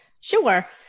Sure